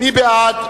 מי בעד?